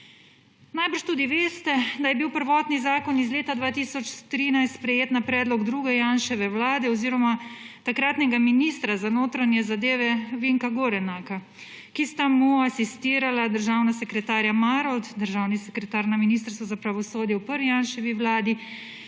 Najbrž tudi veste, da je bil prvotni zakon iz leta 2013 sprejet na predlog druge Janševe vlade oziroma takratnega ministra za notranje zadeve Vinka Gorenaka, ki sta mu asistirala državna sekretarja Marolt, državni sekretar na Ministrstvu za pravosodje v prvi Janševi vladi